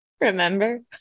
Remember